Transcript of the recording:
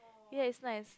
ya is nice